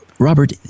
Robert